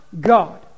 God